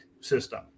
system